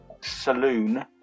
Saloon